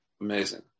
Amazing